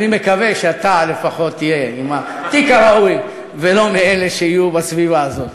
אני מקווה שאתה לפחות תהיה עם התיק הראוי ולא מאלה שיהיו בסביבה הזאת.